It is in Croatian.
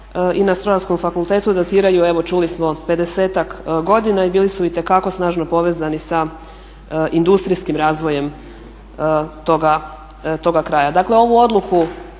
i na Strojarskom fakultetu datiraju evo čuli smo 50-ak godina i bili su itekako snažno povezani sa industrijskim razvojem toga kraja. Dakle ovu odluku